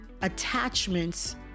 attachments